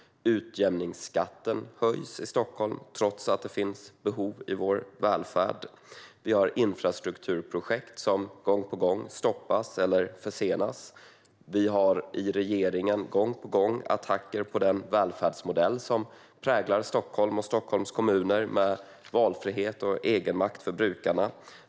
Utjämningsskatten höjs i Stockholm, trots att det finns behov i vår välfärd. Vi har infrastrukturprojekt som gång på gång stoppas eller försenas, och från regeringen kommer det gång på gång attacker på den välfärdsmodell som präglar Stockholm och Stockholms kommuner, med valfrihet och egenmakt för brukarna.